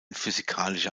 physikalische